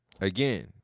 Again